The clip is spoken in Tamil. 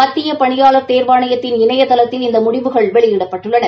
மத்திய பணியாளா் தேர்வாணையத்தின் இணையதளத்தில் இந்த முடிவுகள் வெளியிடப்பட்டுள்ளன